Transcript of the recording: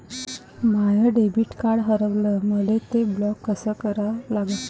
माय debit card हारवलं, मले ते ब्लॉक कस करा लागन?